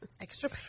Extra